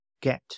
get